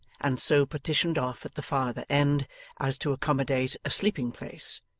and so partitioned off at the further end as to accommodate a sleeping-place,